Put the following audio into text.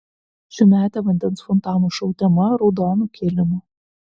šiųmetė vandens fontanų šou tema raudonu kilimu